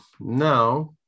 now